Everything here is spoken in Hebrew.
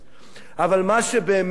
אבל מה שבאמת נעשָה